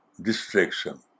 distraction